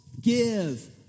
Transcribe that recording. give